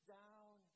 down